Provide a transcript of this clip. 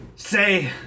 say